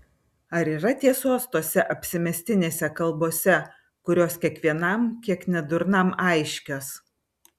ar yra tiesos tose apsimestinėse kalbose kurios kiekvienam kiek nedurnam aiškios